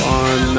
on